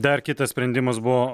dar kitas sprendimas buvo